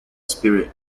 spirit